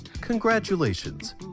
Congratulations